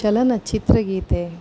ಚಲನಚಿತ್ರ ಗೀತೆ